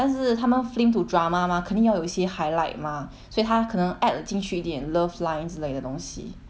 但是他们 fling to drama mah 肯定要有一些 highlight mah 所以他可能 add 了进去一点 love lines 之类的东西